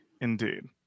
Indeed